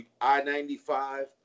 I-95